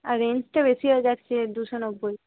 আর রেঞ্জটা বেশি হয়ে যাচ্ছে দুশো নব্বই